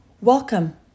welcome